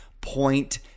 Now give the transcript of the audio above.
point